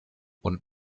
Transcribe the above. und